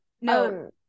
No